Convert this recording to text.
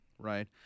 Right